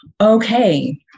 okay